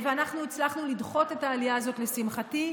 ואנחנו הצלחנו לדחות את העלייה הזאת, לשמחתי,